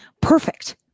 perfect